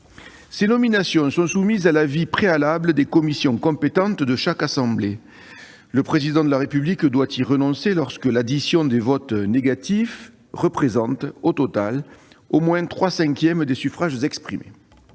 Ces nominations sont soumises à l'avis préalable des commissions compétentes de chaque assemblée. Le Président de la République doit y renoncer lorsque l'addition des votes négatifs représente, au total, au moins trois cinquièmes des suffrages exprimés.